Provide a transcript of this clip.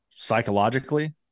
psychologically